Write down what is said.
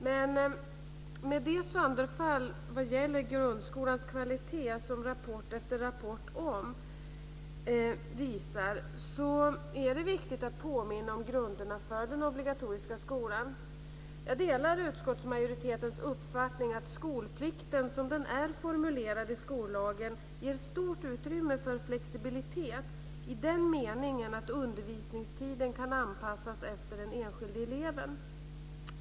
Men med det sönderfall vad gäller grundskolans kvalitet som rapport efter rapport visar så är det viktigt att påminna om grunderna för den obligatoriska skolan. Jag delar utskottsmajoritetens uppfattning att skolplikten som den är formulerad i skollagen ger stort utrymme för flexibilitet i den meningen att undervisningstiden kan anpassas efter den enskilde eleven.